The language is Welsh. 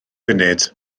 funud